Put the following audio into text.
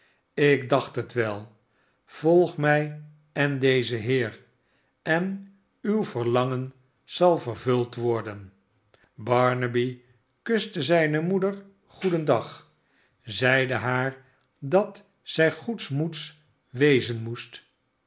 ik dacht het wel volg mij en dezen heer en uw verlangen zal vervuld worden barnaby kuste zijne moeder goedendag zeide haar dat zij goedsmoeds wezen moest